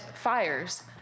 fires